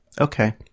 okay